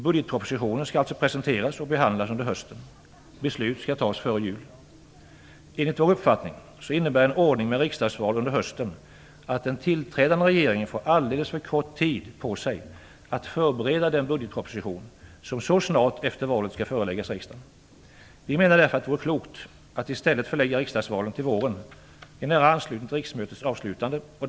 Budgetpropositionen skall alltså presenteras och behandlas under hösten. Beslut skall fattas före jul. Enligt vår uppfattning innebär en ordning med riksdagsval under hösten att den tillträdande regeringen får alldeles för kort tid på sig att förbereda den budgetproposition som så snart efter valet skall föreläggas riksdagen. Vi menar därför att det vore klokt att i stället förlägga riksdagsvalen till våren, i nära anslutning till riksmötets avslutande.